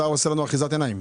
האוצר עושה לנו אחיזת עיניים.